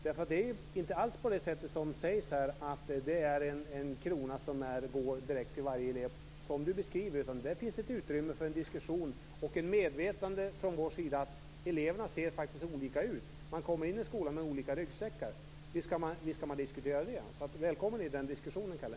Det är inte alls som Kalle Larsson här beskriver det att det är en krona som går direkt till varje elev. Det finns ett utrymme för en diskussion och en medvetenhet från vår sida att eleverna faktiskt ser olika ut och kommer in i skolan med olika ryggsäckar. Visst kan man diskutera det. Välkommen in i den diskussionen, Kalle!